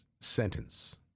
sentence